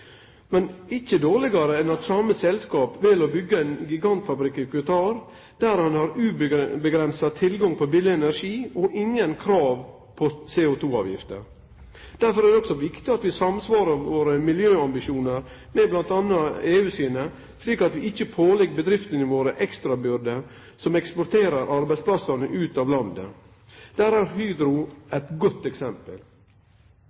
men ikkje dårlegare enn at same selskap vel å byggje ein gigantfabrikk i Qatar, der ein har uavgrensa tilgang på billig energi og ingen krav til CO2-avgifter. Derfor er det òg viktig at vi samsvarer våre miljøambisjonar med m.a. EU sine, slik at vi ikkje pålegg bedriftene våre ekstra byrder som eksporterer arbeidsplassane ut av landet. Der er Hydro